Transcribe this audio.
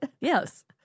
Yes